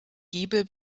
giebel